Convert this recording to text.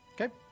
Okay